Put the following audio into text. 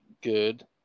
good